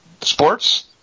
sports